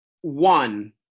One